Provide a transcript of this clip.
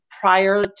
prior